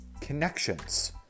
connections